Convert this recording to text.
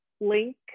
link